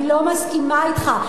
אני לא מסכימה אתך.